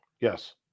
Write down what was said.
Yes